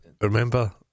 Remember